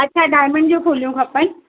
अच्छा डायमंड जूं फुलियूं खपनि